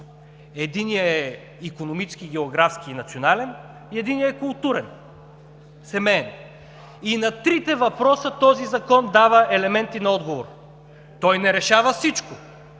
единият е икономически, географски и национален, и единият е културен, семеен. И на трите въпроса този закон дава елементи на отговор. Той не решава всичко,